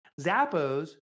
Zappos